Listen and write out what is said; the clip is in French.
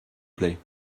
plait